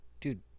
Dude